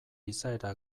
izaera